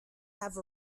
have